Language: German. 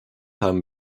haben